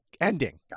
ending